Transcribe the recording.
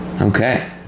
Okay